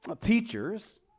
Teachers